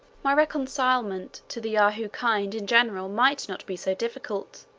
my reconcilement to the yahoo kind in general might not be so difficult,